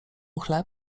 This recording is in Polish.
chleb